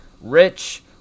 rich